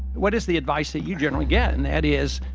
what is the advice that you generally get? and that is,